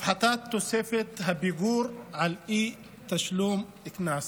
הפחתת תוספת הפיגור על אי-תשלום קנס),